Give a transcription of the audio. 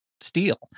steal